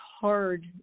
hard